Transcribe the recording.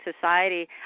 society